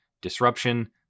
Disruption